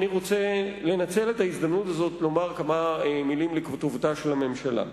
אני רוצה לנצל את ההזדמנות הזאת לומר כמה מלים לכתובתה של הממשלה.